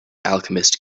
alchemist